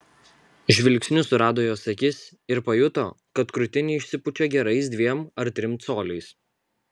žvilgsniu surado jos akis ir pajuto kad krūtinė išsipučia gerais dviem ar trim coliais